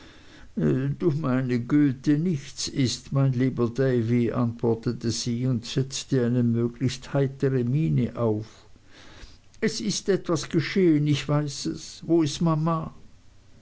du meine güte nichts ist mein lieber davy antwortete sie und setzte eine möglichst heitere miene auf es ist etwas geschehen ich weiß es wo ist mama